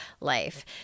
life